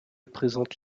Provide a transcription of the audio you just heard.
présente